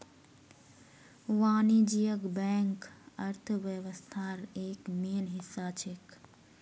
वाणिज्यिक बैंक अर्थव्यवस्थार एक मेन हिस्सा छेक